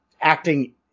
acting